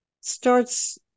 starts